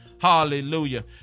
hallelujah